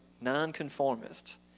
Nonconformists